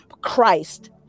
Christ